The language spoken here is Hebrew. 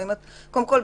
קודם כול,